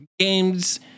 games